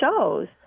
shows